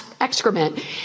excrement